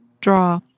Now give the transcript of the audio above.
draw